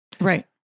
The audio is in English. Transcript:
Right